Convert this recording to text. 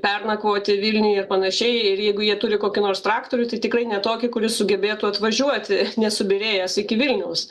pernakvoti vilniuj ir panašiai ir jeigu jie turi kokį nors traktorių tai tikrai ne tokį kuris sugebėtų atvažiuoti nesubyrėjęs iki vilniaus